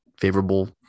favorable